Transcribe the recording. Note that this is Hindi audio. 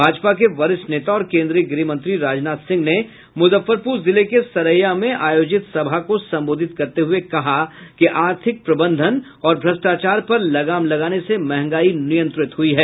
भाजपा के वरिष्ठ नेता और केंद्रीय गृह मंत्री राजनाथ सिंह ने मुजफ्फरपुर जिले के सरैया में आयोजित सभा को संबोधित करते हुये कहा कि आर्थिक प्रबंधन और भ्रष्टाचार पर लगाम लगाने से मंहगाई नियंत्रित हुयी है